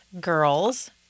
girls